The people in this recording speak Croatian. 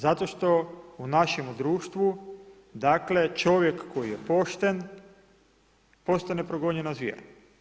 Zato što u našem društvu dakle čovjek koji je pošten, postane progonjena zvijer.